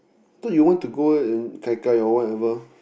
thought you want to go and gai gai or whatever